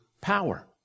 power